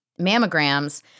mammograms